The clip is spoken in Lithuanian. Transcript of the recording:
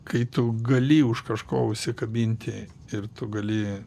kai tu gali už kažko užsikabinti ir tu gali